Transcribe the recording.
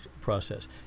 process